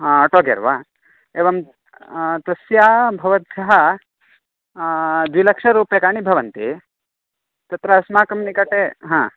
अ आटो गेर् वा एवं तस्याः भवद्भ्यः द्विलक्ष्यरूप्यकाणि भवन्ति तत्र अस्माकं निकटे हा